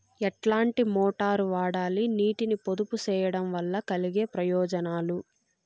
ఎట్లాంటి మోటారు వాడాలి, నీటిని పొదుపు సేయడం వల్ల కలిగే ప్రయోజనాలు?